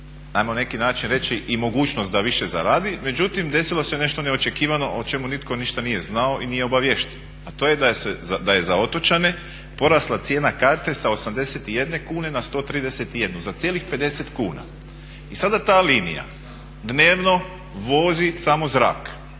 ajmo na neki način reći i mogućnost da više zaradi, međutim desilo se nešto neočekivano o čemu nitko ništa nije znao i nije obaviješten. A to je da je za otočane porasla cijena karte sa 81 kune na 131, za cijelih 50 kuna. I sada ta linija dnevno vozi samo zrak.